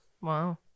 Wow